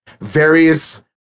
various